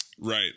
right